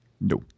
no